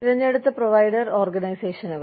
തിരഞ്ഞെടുത്ത പ്രൊവൈഡർ ഓർഗനൈസേഷനുകൾ